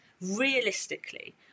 realistically